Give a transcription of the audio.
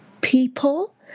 people